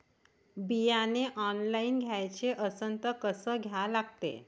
बियाने ऑनलाइन घ्याचे असन त कसं घ्या लागते?